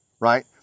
right